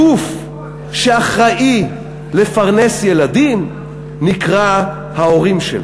הגוף שאחראי לפרנס ילדים נקרא ההורים שלהם.